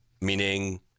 meaning